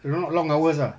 you know long hours ah